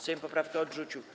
Sejm poprawkę odrzucił.